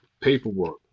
paperwork